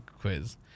quiz